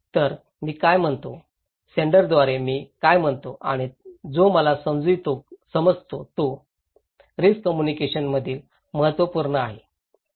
तर मी काय म्हणतो सेण्डराद्वारे मी काय म्हणतो आणि जो मला समजतो तो रिस्क कम्युनिकेशनत महत्त्वपूर्ण आहे